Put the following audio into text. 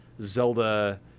Zelda